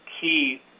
key